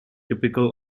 typical